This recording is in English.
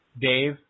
Dave